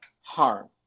harm